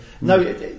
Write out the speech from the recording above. No